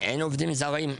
אין עובדים זרים.